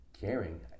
caring